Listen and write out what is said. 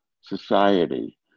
society